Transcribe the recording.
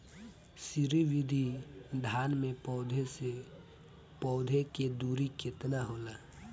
श्री विधि धान में पौधे से पौधे के दुरी केतना होला?